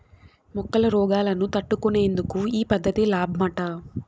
మొక్కల రోగాలను తట్టుకునేందుకు ఈ పద్ధతి లాబ్మట